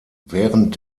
während